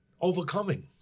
overcoming